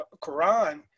quran